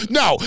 no